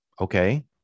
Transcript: Okay